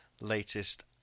latest